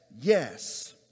yes